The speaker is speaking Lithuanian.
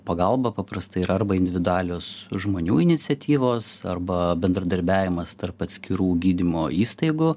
pagalba paprastai yra arba individualios žmonių iniciatyvos arba bendradarbiavimas tarp atskirų gydymo įstaigų